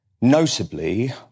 Notably